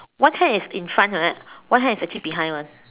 one hair is in front correct one hair is actually behind [one]